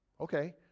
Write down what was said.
okay